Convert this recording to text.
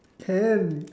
can